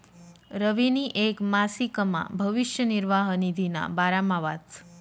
रवीनी येक मासिकमा भविष्य निर्वाह निधीना बारामा वाचं